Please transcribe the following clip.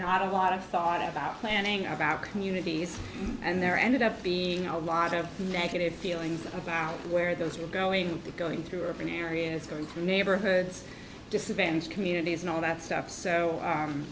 not a lot of thought about planning about communities and their ended up being a lot of negative feelings about where those were going to be going through urban areas going through neighborhoods disadvantaged communities and all that stuff so